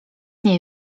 nie